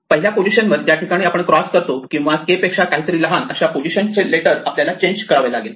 पहिली पोझिशन ज्या ठिकाणी आपण क्रॉस करतो किंवा K पेक्षा काहीतरी लहान अशा पोझिशन चे लेटर आपल्याला चेंज करावे लागते